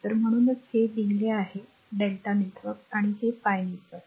तर म्हणूनच ते लिहिले आहे Δ नेटवर्क आणि हे pi नेटवर्क